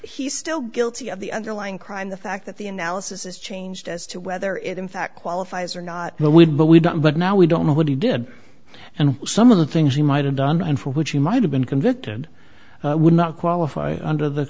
he still guilty of the underlying crime the fact that the analysis is changed as to whether it in fact qualifies or not but we but we don't but now we don't know what he did and some of the things he might have done and for which he might have been convicted would not qualify under the